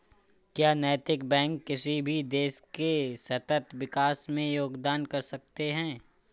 क्या नैतिक बैंक किसी भी देश के सतत विकास में योगदान कर सकते हैं?